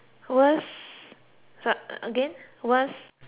again what's